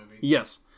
Yes